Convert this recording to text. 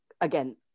again